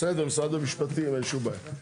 בסדר, משרד המשפטים, אין שום בעיה.